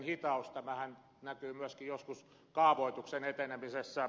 tämähän näkyy myöskin joskus kaavoituksen etenemisessä